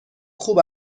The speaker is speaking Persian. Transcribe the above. خوب